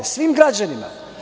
Svim građanima.